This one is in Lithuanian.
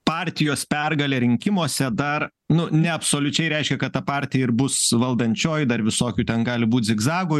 partijos pergalė rinkimuose dar nu neabsoliučiai reiškia kad ta partija ir bus valdančioji dar visokių ten gali būt zigzagų